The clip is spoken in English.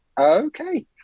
okay